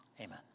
Amen